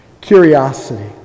Curiosity